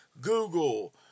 Google